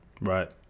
Right